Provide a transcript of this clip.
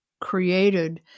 created